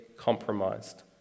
compromised